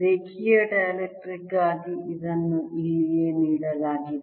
ರೇಖೀಯ ಡೈಎಲೆಕ್ಟ್ರಿಕ್ ಗಾಗಿ ಇದನ್ನು ಇಲ್ಲಿಯೇ ನೀಡಲಾಗಿದೆ